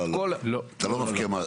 לא לא, אתה לא מפקיר.